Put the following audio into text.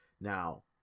Now